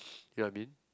you know what I mean